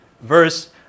verse